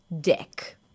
dick